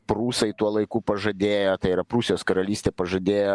prūsai tuo laiku pažadėjo tai yra prūsijos karalystė pažadėjo